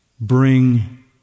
bring